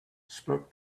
spoke